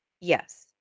Yes